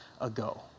ago